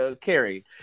carrie